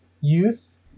Youth